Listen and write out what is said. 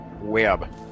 web